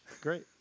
Great